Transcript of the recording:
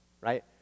right